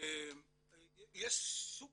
יש סוג